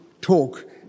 talk